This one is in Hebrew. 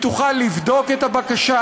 היא תוכל לבדוק את הבקשה,